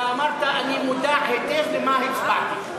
אתה אמרת: אני מודע היטב למה שהצבעתי.